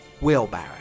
wheelbarrow